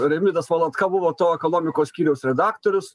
rimvydas valatka buvo to ekonomikos skyriaus redaktorius